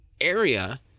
area